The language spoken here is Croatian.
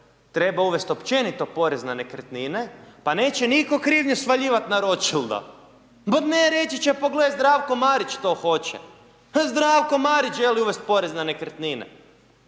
treba uvesti općenito porez na nekretnine pa neće nitko krivnju svaljivat na Ročilda, ne reći će pogle Zdravko Marić to hoće, Zdravko Marić želi uvesti porez na nekretnine,